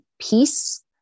peace